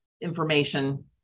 information